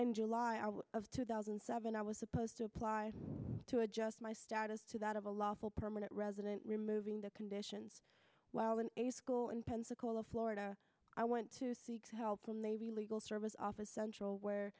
and july of two thousand and seven i was supposed to apply to adjust my status to that of a lawful permanent resident removing the conditions while in a school in pensacola florida i went to seek help from navy legal service office central where